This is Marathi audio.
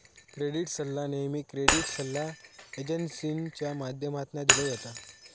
क्रेडीट सल्ला नेहमी क्रेडीट सल्ला एजेंसींच्या माध्यमातना दिलो जाता